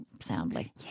soundly